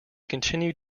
continued